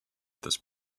this